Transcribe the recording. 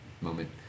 moment